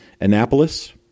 Annapolis